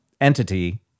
entity